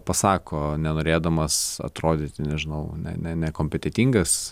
pasako nenorėdamas atrodyti nežinau ne ne nekompetentingas